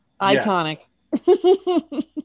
Iconic